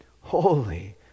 holy